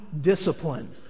discipline